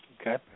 Okay